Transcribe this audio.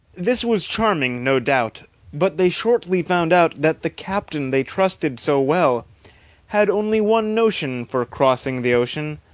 this was charming, no doubt but they shortly found out that the captain they trusted so well had only one notion for crossing the ocean,